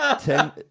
Ten